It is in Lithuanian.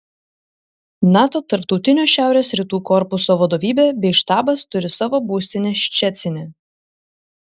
nato tarptautinio šiaurės rytų korpuso vadovybė bei štabas turi savo būstinę ščecine